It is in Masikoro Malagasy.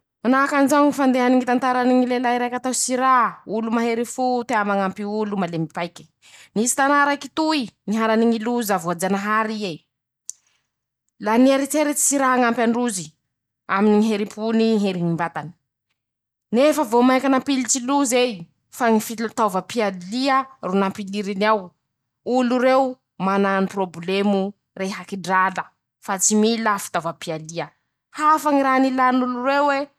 Manahaky anizao ñy fandehany ñy tantarany ñy lelahy raiky ataony Sirà: -Olo mahery fo o tea mañampy olo, malemy paike ,nisy tanà raiky toy ,niharany ñy loza voajanahary ie ,la nieritseritsy Sirà hañampy an-drozy aminy ñy herim-pony ,herim-batany ;nefa vomaika nampilitsy loz'ey ,fa ñy fili fitaovam-pialia ro nampiliriny ao ,olo reo mana porôbolemo rehaky drala ,fa tsy mila fitaovam-piadia ,hafa ñy raha nilan'olo reo e.